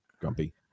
grumpy